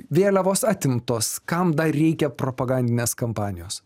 vėliavos atimtos kam dar reikia propagandinės kampanijos